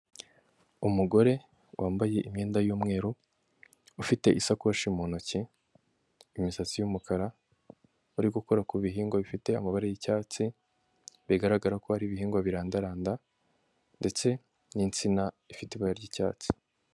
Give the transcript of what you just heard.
Umugore wambaye imyenda y'umweru ufite isakoshi mu ntoki imisatsi y'umukara, uri gukora ku bihingwa bifite amaba ry'icyatsi, bigaragara ko hari ibihingwa birandaranda ndetse n'insina ifite ibara ry'icyatsi.